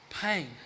pain